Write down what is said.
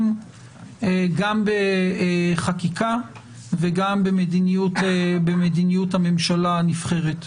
גם בחקיקה וגם במדיניות הממשלה הנבחרת.